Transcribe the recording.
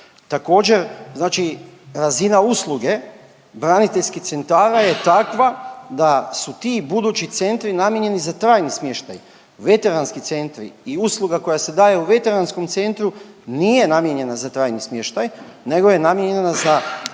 Također znači razina usluge braniteljskih centara je takva da su ti budući centri namijenjeni za trajni smještaj. Veteranski centri i usluga koja se daje u veteranskom centru nije namijenjena za trajni smještaj nego je namijenjena za